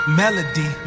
melody